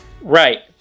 right